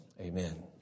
Amen